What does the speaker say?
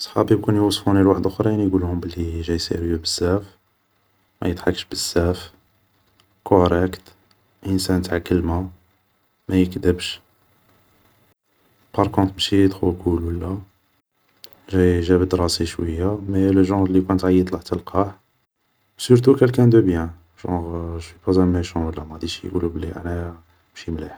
صحابي وكان يوصفوني لوحدخرين يقولهم بلي جاي سيريو بزاف, ما يضحكش بزاف, كوراكت, انسان تاع كلمة, مايكدبش, بار كونتر ماشي طخو كول ولا, جاي جابد راسي شوية, مي لو جونغ لي وكان تعيطله تلقاه, سورتو كالكان دو بيان جونغ جونوسوي با ان ميشون ماغاديش يقولولك بلي انايا ماشي مليح